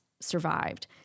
survived